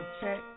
check